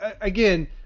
again